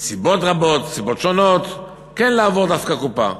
סיבות רבות, סיבות שונות כן לעבור דווקא קופה,